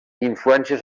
influències